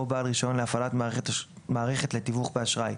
בעל רישיון להפעלת מערכת לתיווך באשראי,